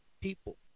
people